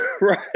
Right